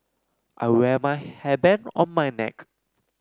I wear my hairband on my neck